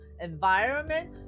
environment